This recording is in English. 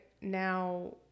now